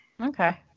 Okay